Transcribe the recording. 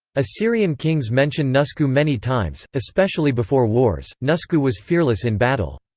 assyrian kings mention nusku many times, especially before wars nusku was fearless in battle.